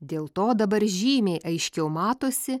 dėl to dabar žymiai aiškiau matosi